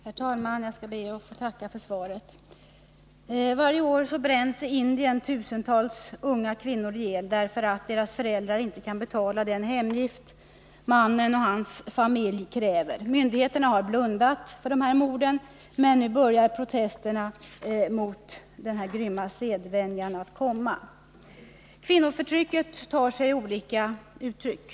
Herr talman! Jag ber att få tacka för svaret. Varje år bränns i Indien tusentals unga kvinnor ihjäl därför att deras föräldrar inte kan betala den hemgift som mannen och hans familj kräver. Myndigheterna har blundat för dessa mord, men nu börjar protesterna mot den grymma sedvänjan att komma. Kvinnoförtrycket tar sig olika uttryck.